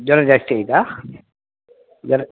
ಜ್ವರ ಜಾಸ್ತಿ ಐತ ಜ್ವರ